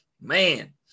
man